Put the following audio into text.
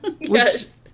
yes